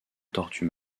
tortue